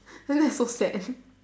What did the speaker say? then that's so sad